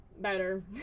Better